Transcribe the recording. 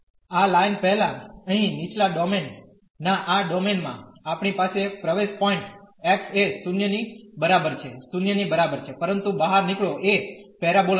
આ લાઈન પહેલાં અહીં નીચલા ડોમેન ના આ ડોમેન માં આપણી પાસે પ્રવેશ પોઇન્ટ x એ 0 ની બરાબર છે 0 ની બરાબર છે પરંતુ બહાર નીકળો એ પેરાબોલા છે